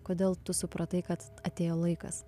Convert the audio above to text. kodėl tu supratai kad atėjo laikas